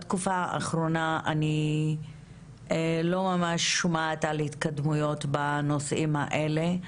בתקופה האחרונה אני לא ממש שומעת על התקדמות בנושאים האלה.